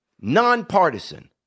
non-partisan